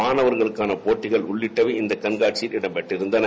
மாணவர்களுக்கான போட்டிகள் உள்ளிட்டவை இந்த கண்காட்சியில் இடம்பெற்றன